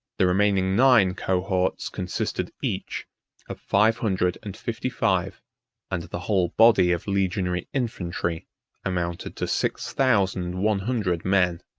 the remaining nine cohorts consisted each of five hundred and fifty-five and the whole body of legionary infantry amounted to six thousand one hundred men.